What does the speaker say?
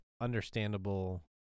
understandable